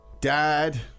dad